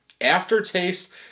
Aftertaste